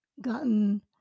gotten